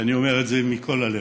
ואני אומר את זה מכל הלב.